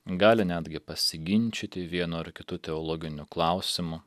gali netgi pasiginčyti vienu ar kitu teologiniu klausimu